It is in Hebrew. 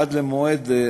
עד למועד האמור.